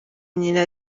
nyina